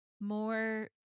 more